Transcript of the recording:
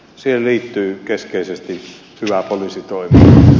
siihen liittyy keskeisesti hyvä poliisitoiminta